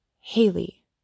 Haley